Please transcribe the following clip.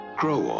grow